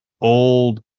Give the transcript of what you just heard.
old